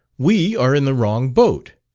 we are in the wrong boat.